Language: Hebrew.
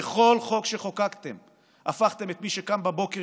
בכל חוק שחוקקתם הפכתם את מי שקם בבוקר,